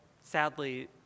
sadly